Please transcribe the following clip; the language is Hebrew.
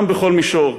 גם בכל מישור,